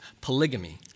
polygamy